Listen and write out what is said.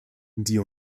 die